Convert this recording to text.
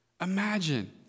Imagine